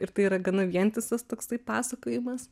ir tai yra gana vientisas toksai pasakojimas